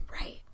Right